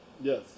yes